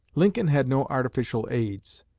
lincoln had no artificial aids.